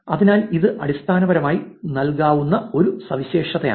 അതിനാൽ ഇത് അടിസ്ഥാനപരമായി നൽകാവുന്ന ഒരു സവിശേഷതയാണ്